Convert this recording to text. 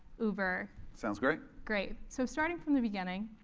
uber. sounds great. great, so starting from the beginning,